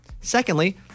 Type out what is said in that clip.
Secondly